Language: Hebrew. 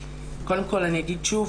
קודם כל אני אגיד שוב